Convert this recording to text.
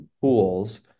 pools